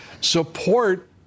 support